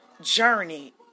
journey